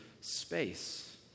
space